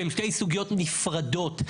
שהן שתי סוגיות נפרדות,